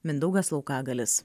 mindaugas laukagalis